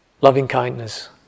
loving-kindness